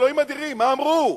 אלוהים אדירים, מה אמרו,